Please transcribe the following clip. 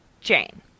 Jane